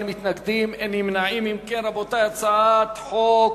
ההצעה להעביר את הצעת חוק